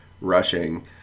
rushing